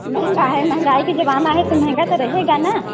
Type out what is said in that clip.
महंगा है महंगाई के जमाना है तो महंगा तो रहेगा ना